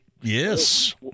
yes